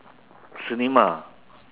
cinema